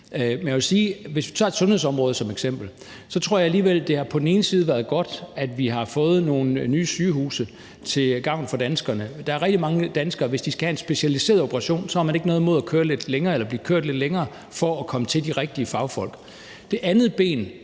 at hvis vi tager sundhedsområdet som eksempel, tror jeg alligevel, at det på den ene side har været godt, at vi har fået nogle nye sygehuse til gavn for danskerne. Der er rigtig mange danskere, som, hvis de skal have en specialiseret operation, ikke har noget imod at køre lidt længere eller blive kørt lidt længere for at komme til de rigtige fagfolk. Det andet ben